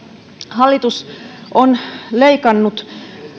hallitus on leikannut